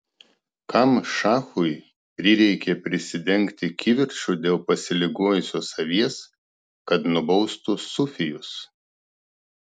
kam šachui prireikė prisidengti kivirču dėl pasiligojusios avies kad nubaustų sufijus